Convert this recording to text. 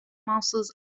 muscles